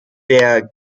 der